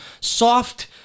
soft